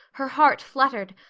her heart fluttered,